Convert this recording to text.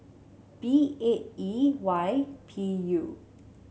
B eight E Y P U